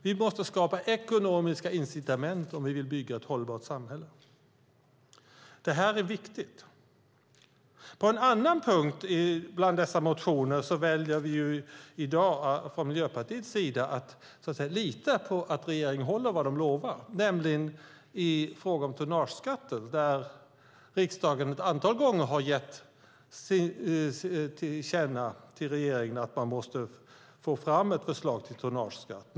Vi måste skapa ekonomiska incitament om vi vill bygga ett hållbart samhälle. Det här är viktigt. På en annan punkt bland dessa motioner väljer vi i dag från Miljöpartiets sida att lita på att regeringen håller vad de lovar, nämligen i fråga om tonnageskatten. Riksdagen har ett antal gånger gjort tillkännagivanden till regeringen om att man måste få fram ett förslag till tonnageskatt.